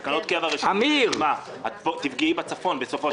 תקנות קבע --- את תפגעי בצפון בסופו של דבר.